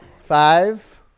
Five